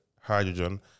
hydrogen